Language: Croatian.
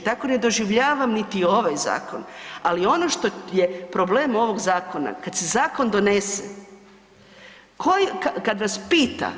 Tako ne doživljavam niti ovaj zakon ali ono što je problem ovog zakona, kad se zakon donese, kad vas pita